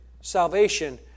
salvation